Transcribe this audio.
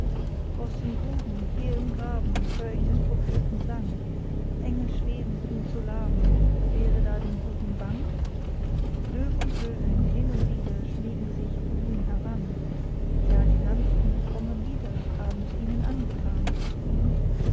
aus den gruben hier im graben hör ich des propheten sang engel schweben ihn zu laben wäre da dem guten bang löw und löwin hin und wider schmiegen sich um ihn heran ja die sanften frommen lieder habens ihnen angetan